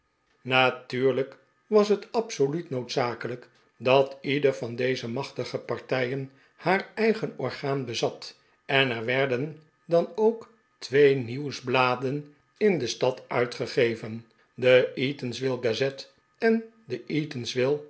natuurlijk was het absoluut noodzakelijk dat ieder van deze machtige partijen haar eigen orgaan bezat en er werden dan ook twee nieuwsbladen in de stad uitgegeven de eatanswill gazette en de